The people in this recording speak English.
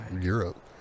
Europe